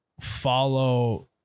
follow